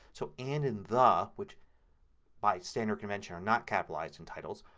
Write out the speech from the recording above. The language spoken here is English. so and and the, which by standard convention are not capitalized in titles,